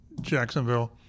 Jacksonville